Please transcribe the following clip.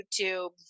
YouTube